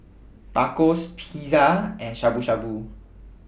Tacos Pizza and Shabu Shabu